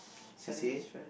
C_C_A